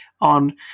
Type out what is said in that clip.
on